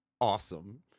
awesome